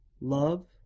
Love